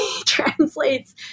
translates